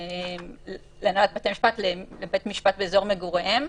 או לבית משפט באזור מגוריהם.